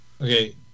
Okay